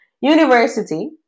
university